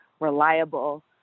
reliable